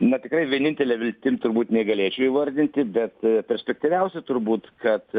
na tikrai vienintele viltim turbūt negalėčiau įvardinti bet perspektyviausi turbūt kad